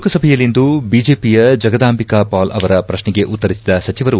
ಲೋಕಸಭೆಯಲ್ಲಿಂದು ಬಿಜೆಪಿಯ ಜಗದಾಂಬಿಕಾ ಪಾಲ್ ಅವರ ಪ್ರಶ್ನೆಗೆ ಉತ್ತರಿಬಿದ ಸಚಿವರು